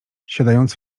siadając